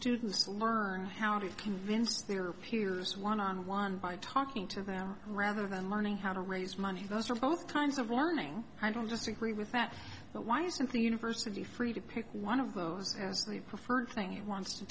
students learn how to convince their peers one on one by talking to them rather than learning how to raise money those are both times of learning i don't disagree with that but why isn't the university free to pick one of those as the preferred thing it wants to